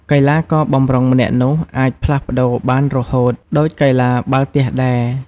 កីឡាករបម្រុងម្នាក់នោះអាច ផ្លាស់ប្ដូរបានរហូតដូចកីឡាបាល់ទះដែរ ។